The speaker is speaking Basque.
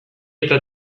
eta